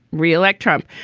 reelect trump.